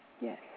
yes